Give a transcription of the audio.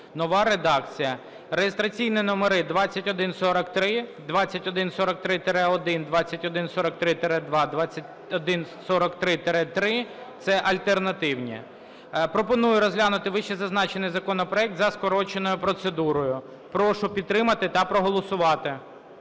нова редакція, реєстраційні номери 2143, 2143-1, 2143-2, 2143-3 (це альтернативні). Пропоную розглянути вищезазначений законопроект за скороченою процедурою. Прошу підтримати та проголосувати,